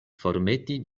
formeti